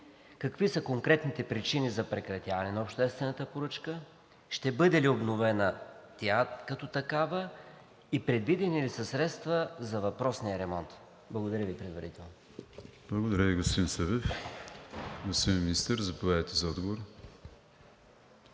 какви са конкретните причини за прекратяване на обществената поръчка? Ще бъде ли обновена тя като такава? Предвидени ли са средства за въпросния ремонт? Благодаря Ви предварително. ПРЕДСЕДАТЕЛ АТАНАС АТАНАСОВ: Благодаря Ви, господин Събев. Господин Министър, заповядайте за отговор.